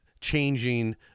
changing